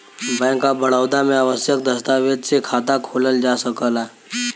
bank of Baroda में आवश्यक दस्तावेज से खाता खोलल जा सकला